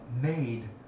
made